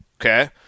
okay